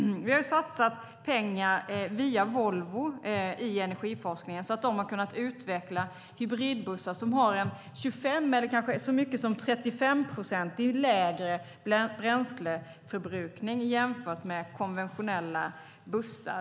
Vi har satsat pengar via Volvo i energiforskningen så att de har kunnat utveckla hybridbussar som kanske har så mycket som en 35-procentig lägre bränsleförbrukning jämfört med konventionella bussar.